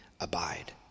abide